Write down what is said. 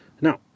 Now